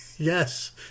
Yes